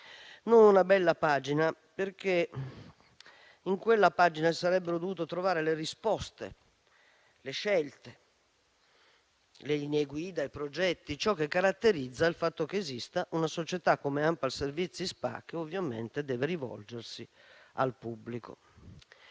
politiche sociali, perché vi si sarebbero dovute trovare le risposte, le scelte, le linee guida e i progetti, insomma ciò che caratterizza il fatto che esista una società come ANPAL Servizi SpA, che ovviamente deve rivolgersi al pubblico.